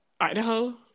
Idaho